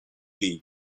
league